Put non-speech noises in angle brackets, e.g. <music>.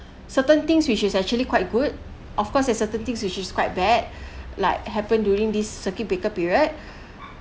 certain things which is actually quite good of course there's certain things which is quite bad <breath> like happened during this circuit breaker period but